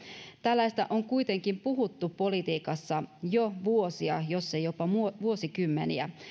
tällaista on kuitenkin puhuttu politiikassa jo vuosia jos ei jopa vuosikymmeniä